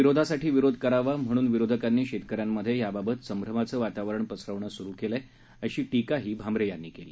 विरोधासाठी विरोध करावा म्हणून विरोधकांनी शेतकऱ्यांमध्ये याबाबत संभ्रमाचं वातावरण पसरवणं सुरु केलं आहे अशी टीकाही भामरे यांनी केली